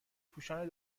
پوشان